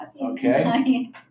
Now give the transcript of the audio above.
Okay